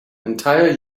entire